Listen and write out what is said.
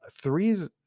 threes